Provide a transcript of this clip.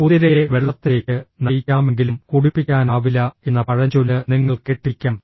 കുതിരയെ വെള്ളത്തിലേക്ക് നയിക്കാമെങ്കിലും കുടിപ്പിക്കാനാവില്ല എന്ന പഴഞ്ചൊല്ല് നിങ്ങൾ കേട്ടിരിക്കാം